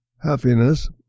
happiness